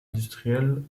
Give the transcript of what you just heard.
industriels